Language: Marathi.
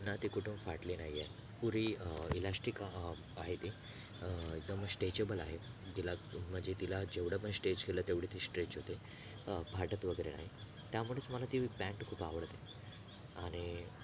ना ती कुठून फाटली नाही आहे पुरी इलॅस्टिक आहे ती एकदम स्टेचेबल आहे तिला म्हणजे तिला जेवढं पण स्टेच केलं तेवढी स्ट्रेच होते फाटत वगैरे नाही त्यामुळेच मला ती पॅन्ट खूप आवडते आणि